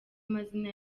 amazina